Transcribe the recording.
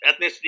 ethnicity